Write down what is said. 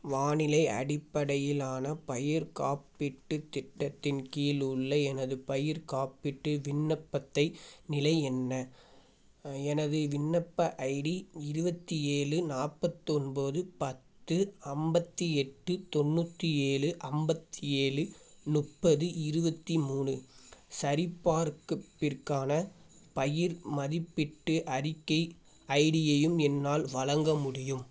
வானிலை அடிப்படையிலான பயிர்க் காப்பீட்டுத் திட்டத்தின் கீழ் உள்ள எனது பயிர்க் காப்பீட்டு விண்ணப்பத்தை நிலை என்ன எனது விண்ணப்ப ஐடி இருபத்தி ஏழு நாற்பத்தி ஒன்பது பத்து ஐம்பத்தி எட்டு தொண்ணூற்றி ஏழு ஐம்பத்தி ஏழு முப்பது இருபத்தி மூணு சரிபார்க்குப்பிற்கான பயிர் மதிப்பிட்டு அறிக்கை ஐடியையும் என்னால் வழங்க முடியும்